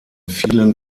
vielen